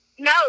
No